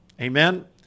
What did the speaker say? Amen